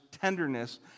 tenderness